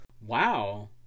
Wow